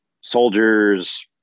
soldiers